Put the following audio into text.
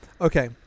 okay